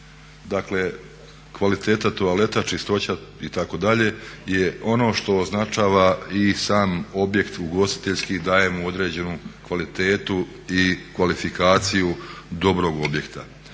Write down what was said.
Dakle, kvaliteta toaleta, čistoća itd. je ono što označava i sam objekt ugostiteljski, daje mu određenu kvalitetu i kvalifikaciju dobrog objekta.